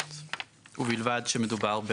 ובלבד שמדובר,